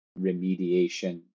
remediation